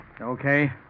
Okay